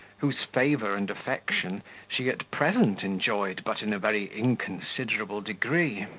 whose favour and affection she at present enjoyed but in a very inconsiderable degree